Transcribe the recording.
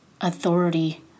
Authority